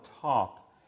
top